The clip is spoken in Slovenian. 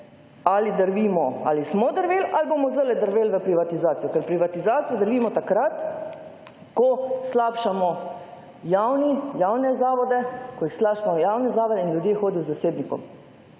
ali drvimo, ali smo drveli ali bomo zdajle drveli v privatizacijo, ker v privatizacijo drvimo takrat, ko slabšamo javne zavode in ljudje hodijo k zasebnikom.